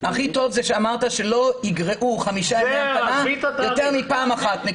הכי טוב שאמרת שלא יגרעו חמישה ימי המתנה יותר מפעם אחת,